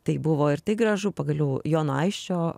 tai buvo ir tai gražu pagaliau jono aisčio